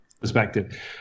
perspective